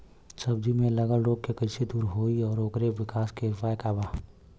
सब्जी में लगल रोग के कइसे दूर होयी और ओकरे विकास के उपाय का बा?